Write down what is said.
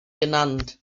genannt